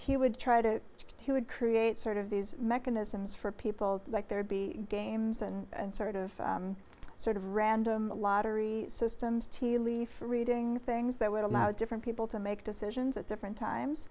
he would try to he would create sort of these mechanisms for people like there would be games and sort of sort of random lottery systems tea leaf reading things that would allow different people to make decisions at different